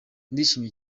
ndishimye